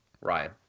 Ryan